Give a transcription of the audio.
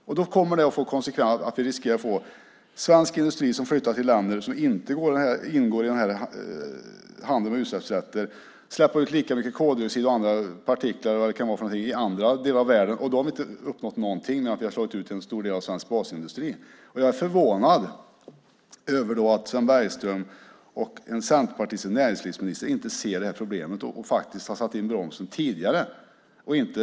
Konsekvensen kommer att bli att vi riskerar att svensk industri flyttar till länder som inte ingår i handeln med utsläppsrätter och då släpper ut lika mycket koldioxid och andra partiklar - eller vad det nu kan vara - i andra delar av världen. Då har vi inte uppnått annat än att vi har slagit ut en stor del av svensk basindustri. Jag är förvånad över att Sven Bergström och en centerpartistisk näringslivsminister inte ser det här problemet och inte tidigare bromsat.